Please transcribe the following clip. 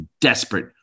desperate